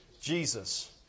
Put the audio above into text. Jesus